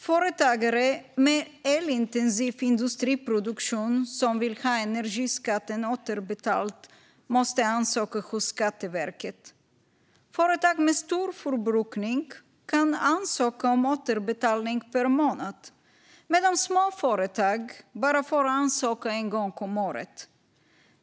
Företagare med elintensiv industriproduktion som vill ha energiskatten återbetald måste ansöka hos Skatteverket. Företag med stor förbrukning kan ansöka om återbetalning per månad, medan småföretag bara får ansöka en gång om året.